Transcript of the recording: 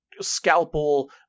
scalpel